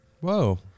Whoa